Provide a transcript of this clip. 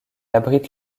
abrite